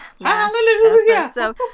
hallelujah